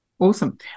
Awesome